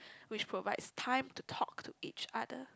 which provides time to talk to each other